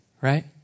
right